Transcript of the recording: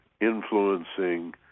influencing